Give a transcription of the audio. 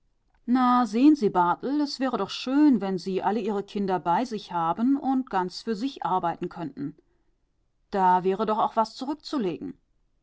na sehen sie barthel es wäre doch schön wenn sie alle ihre kinder bei sich haben und ganz für sich arbeiten könnten da wäre doch auch was zurückzulegen